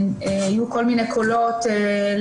במשך שנים רבות היו כל מיני קולות לייצר